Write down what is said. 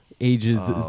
ages